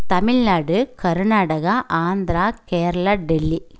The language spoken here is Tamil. தமிழ்நாடு கர்நாடகா ஆந்திரா கேரளா டெல்லி